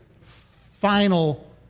final